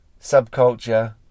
subculture